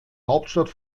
hauptstadt